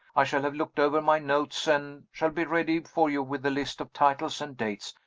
i shall have looked over my notes, and shall be ready for you with a list of titles and dates.